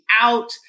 out